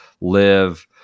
live